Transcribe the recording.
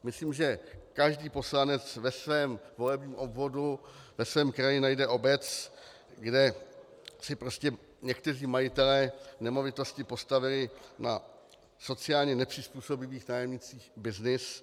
Myslím, že každý poslanec ve svém volebním obvodu, ve svém kraji najde obec, kde si prostě někteří majitelé nemovitostí postavili na sociálně nepřizpůsobivých nájemnících byznys.